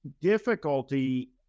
difficulty